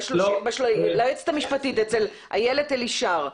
ליועצת המשפטית, איילת אלישר.